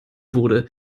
wurde